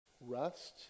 Rust